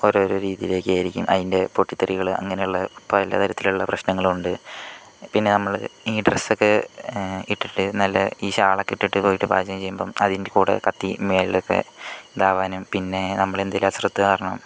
ഓരോരോ രീതിയിലക്കെയായിരിക്കും അയിൻ്റെ പൊട്ടിത്തെറികള് അങ്ങനെയുള്ള പല തരത്തിലുള്ള പ്രശ്നങ്ങളുണ്ട് പിന്നെ നമ്മള് ഈ ഡ്രസ്സ് ഒക്കെ ഇട്ടിട്ട് നല്ല ഈ ഷാളക്കെ ഇട്ടിട്ട് പോയിട്ട് പാചകം ചെയ്യുമ്പം അതിൻ്റെ കൂടെ കത്തി മുകളിലേക്ക് ഇതാവാനും പിന്നെ നമ്മള് എന്തേലും അശ്രദ്ധ കാരണം